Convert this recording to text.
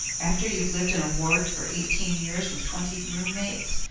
after you've lived in a ward for eighteen years with twenty room-mates,